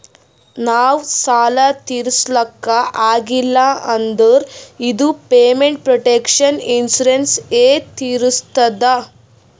ನಾವ್ ಸಾಲ ತಿರುಸ್ಲಕ್ ಆಗಿಲ್ಲ ಅಂದುರ್ ಇದು ಪೇಮೆಂಟ್ ಪ್ರೊಟೆಕ್ಷನ್ ಇನ್ಸೂರೆನ್ಸ್ ಎ ತಿರುಸ್ತುದ್